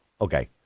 Okay